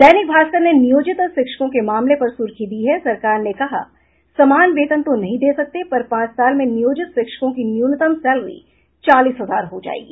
दैनिक भास्कर ने नियोजित शिक्षकों के मामले पर सुर्खी दी है सरकार ने कहा समान वेतन तो नहीं दे सकते पर पांच साल में नियोजित शिक्षकों की न्यूनतम सैलरी चालीस हजार हो जायेगी